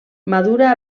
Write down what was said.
madura